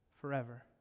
Forever